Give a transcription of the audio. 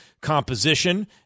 composition